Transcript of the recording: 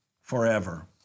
forever